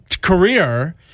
career